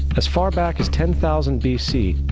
as far back as ten thousand b c,